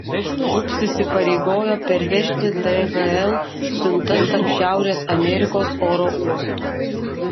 ups įsipareigojo pervežti dhl siuntas tarp šiaurės amerikos oro uostų